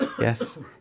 Yes